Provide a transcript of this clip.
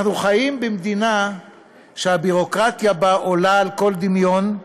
אנחנו חיים במדינה שהביורוקרטיה בה עולה על כל דמיון,